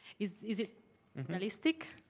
is is it realistic?